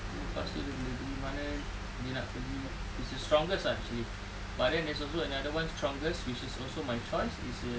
abeh lepas tu dia boleh pergi mana dia nak pergi he's the strongest ah actually but then there's also another one strongest which is also my choice is a